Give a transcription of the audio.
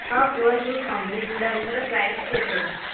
ହଁ କୁହନ୍ତୁ ସବୁଗୁଡ଼ାକର ପ୍ରାଇସ୍ କେତେ